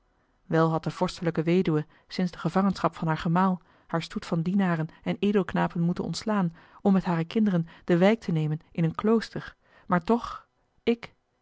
wel had de vorstelijke weduwe sinds de gevangenschap van haar gemaal haar stoet van dienaren en edelknapen moeten ontslaan om met hare kinderen de wijk te nemen in een klooster maar toch ik